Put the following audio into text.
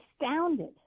astounded